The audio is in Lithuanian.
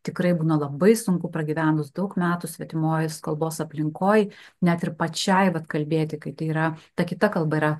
tikrai būna labai sunku pragyvenus daug metų svetimos kalbos aplinkoj net ir pačiai vat kalbėti kai tai yra ta kita kalba yra